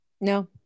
No